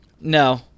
No